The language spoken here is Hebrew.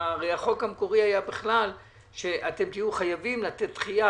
הרי החוק המקורי היה שאתם תהיו חייבים לתת דחייה